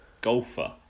golfer